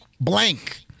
Blank